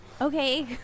Okay